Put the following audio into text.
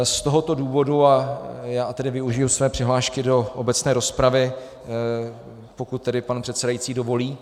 Z tohoto důvodu, a já tedy využiji své přihlášky do obecné rozpravy, pokud pan předsedající dovolí...